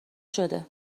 شده